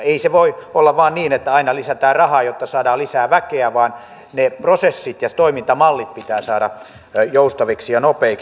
ei se voi olla vain niin että aina lisätään rahaa jotta saadaan lisää väkeä vaan ne prosessit ja toimintamallit pitää saada joustaviksi ja nopeiksi